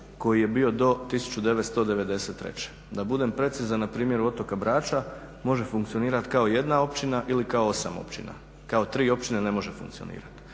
koji je bio do 1993. Da budem precizan na primjeru otoka Brača može funkcionirati kao jedna općina ili kao 8 općina, kao 3 općine ne može funkcionirati.